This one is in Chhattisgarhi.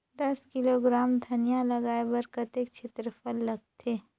दस किलोग्राम धनिया लगाय बर कतेक क्षेत्रफल लगथे?